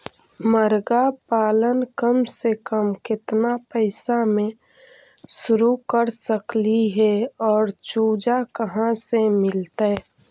मरगा पालन कम से कम केतना पैसा में शुरू कर सकली हे और चुजा कहा से मिलतै?